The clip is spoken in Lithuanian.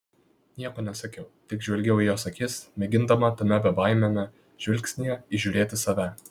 nieko nesakiau tik žvelgiau į jos akis mėgindama tame bebaimiame žvilgsnyje įžiūrėti save